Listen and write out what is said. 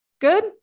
Good